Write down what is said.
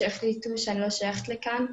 שהחליטו שאני לא שייכת לכאן,